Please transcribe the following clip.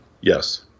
Yes